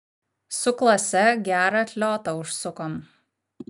su klase gerą atliotą užsukom